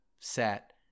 set